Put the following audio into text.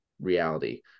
reality